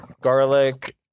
garlic